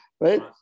Right